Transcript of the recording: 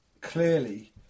clearly